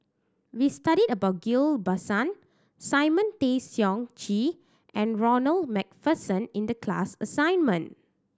we studied about Ghillie Basan Simon Tay Seong Chee and Ronald Macpherson in the class assignment